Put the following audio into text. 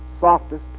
softest